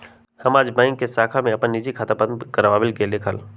हम आज बैंक के शाखा में अपन निजी खाता बंद कर वावे गय लीक हल